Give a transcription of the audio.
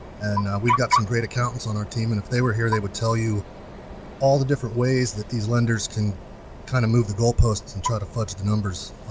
and we've got some great accountants on our team, and if they were here they would tell you all the different ways that these lenders can kind of move the goalposts and try to fudge the numbers.